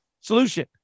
solution